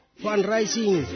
fundraising